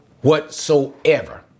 whatsoever